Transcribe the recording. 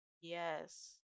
Yes